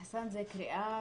חסאן, קריאה,